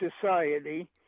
society